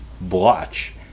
blotch